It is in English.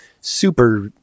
super